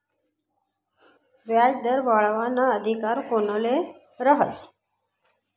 व्याजदर वाढावाना अधिकार कोनले रहास?